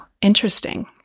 interesting